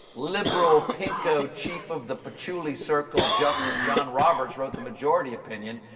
liberal pinko chief of the patchouli circle justice john roberts wrote the majority opinion,